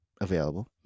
available